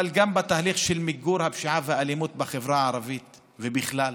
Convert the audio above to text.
אבל גם בתהליך של מיגור הפשיעה והאלימות בחברה הערבית ובכלל.